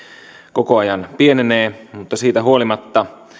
koko ajan pienenee mutta siitä huolimatta